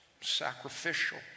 sacrificial